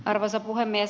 arvoisa puhemies